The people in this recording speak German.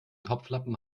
topflappen